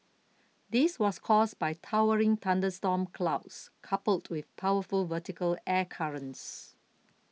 this was caused by towering thunderstorm clouds coupled with powerful vertical air currents